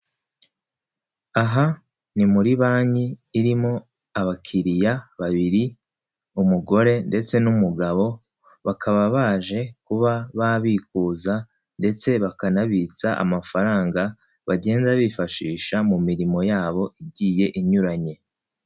Aha ni muri banki irimo abakiriya babiri, umugore ndetse n'umugabo, bakaba baje kuba babikuza ndetse bakanabitsa amafaranga bagenda bifashisha mu mirimo yabo igiye inyuranye.